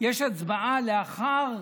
יש הצבעה לאחר